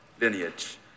lineage